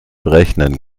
rechnen